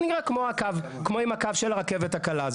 כנראה כמו עם הקו של הרכבת הקלה,